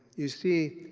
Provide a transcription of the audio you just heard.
you see,